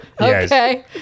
Okay